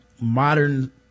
modern